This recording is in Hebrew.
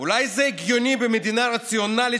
אולי זה הגיוני במדינה רציונלית,